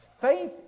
Faith